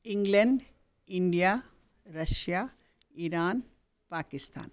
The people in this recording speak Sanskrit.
England India Russia Iran Pakistan